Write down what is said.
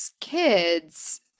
kids